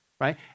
right